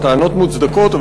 הטענות מוצדקות,